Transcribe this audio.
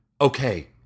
Okay